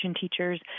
teachers